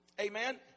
Amen